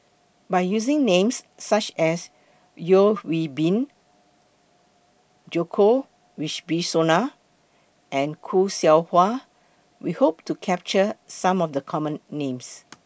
By using Names such as Yeo Hwee Bin Djoko Wibisono and Khoo Seow Hwa We Hope to capture Some of The Common Names